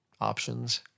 options